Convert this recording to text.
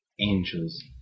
Angels